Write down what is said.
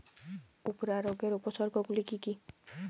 উফরা রোগের উপসর্গগুলি কি কি?